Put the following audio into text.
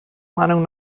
meinung